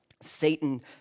Satan